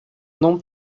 não